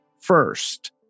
first